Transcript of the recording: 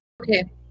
Okay